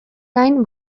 gain